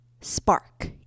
spark